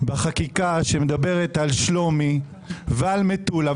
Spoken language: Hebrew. בחקיקה שמדברת על שלומי ועל מטולה.